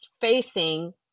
facing